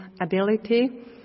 ability